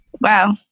Wow